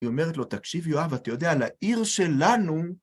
היא אומרת לו, תקשיב, יואב, אתה יודע, לעיר שלנו...